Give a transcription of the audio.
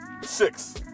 six